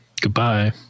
Goodbye